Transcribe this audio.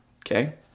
okay